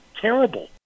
terrible